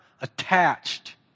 attached